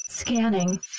Scanning